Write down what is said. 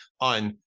on